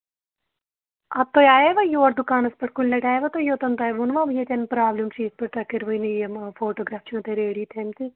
اَدٕ تُہۍ آییوا یور دُکانَس پٮ۪ٹھ کُنہِ لَٹہِ آییوا تُہۍ یوٚتَن تۄہہِ ووٚنوا ییٚتٮ۪ن پرٛابلِم چھِ یِتھ پٲٹھۍ تۄہہِ کٔروٕ یِم فوٹوگراف چھِو تۄہہِ ریڈی تھٲیمٕتی